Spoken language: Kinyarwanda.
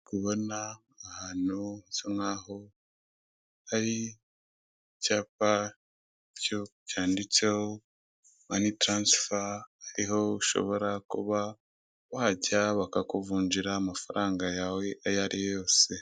Ahantu hari icyapa kiri mu mabara y'umuhondo. Ni ahantu babikuriza amafaranga yoherejwe n'abantu bari mu mahanga. Hirya y'aho hafi imodoka y'ibara ry'umutuku iri muri kaburimbo.